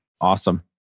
Awesome